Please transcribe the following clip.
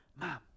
Mom